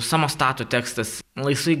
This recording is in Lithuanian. samostato tekstas na jisai